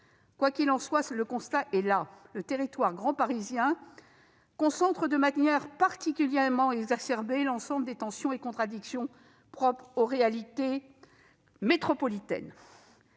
Quoi qu'il en soit, le constat est là : le territoire grand-parisien concentre, de manière particulièrement exacerbée, l'ensemble des tensions et contradictions propres aux réalités métropolitaines.